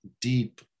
deep